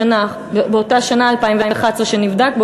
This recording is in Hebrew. באותה שנה שזה נבדק,